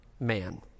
Man